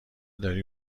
داری